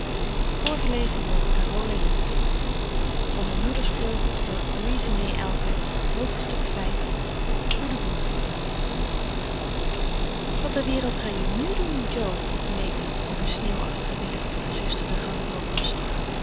buren wat ter wereld ga je nu doen jo vroeg meta op een sneeuwachtigen middag toen haar zuster de gang door kwam stappen